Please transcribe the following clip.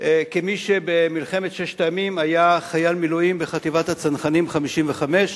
כמי שבמלחמת ששת הימים היה חייל מילואים בחטיבת הצנחנים 55,